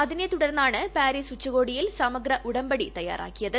അതിനെ തുടർന്നാണ് പാരീസ് ഉച്ചകോടിയിൽ സമഗ്ര ഉടമ്പടി തയ്യാറാക്കിയത്